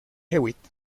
hewitt